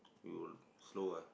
you slow ah